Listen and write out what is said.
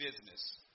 business